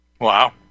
Wow